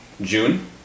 June